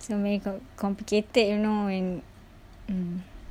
semua com~ complicated you know and mm